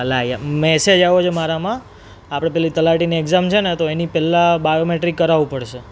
અલા યાર મૅસેજ આવ્યો છે મારામાં આપણે પેલી તલાટીની એક્ઝામ છે ને તો એની પહેલાં બાયોમેટ્રિક કરાવવું પડશે